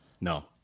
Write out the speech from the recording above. No